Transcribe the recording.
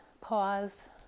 pause